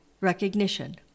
recognition